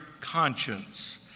conscience